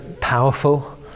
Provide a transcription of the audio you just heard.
powerful